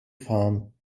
fahren